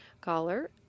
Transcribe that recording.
caller